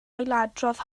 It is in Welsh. ailadrodd